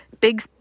big